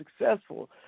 successful